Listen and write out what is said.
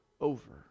over